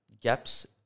gaps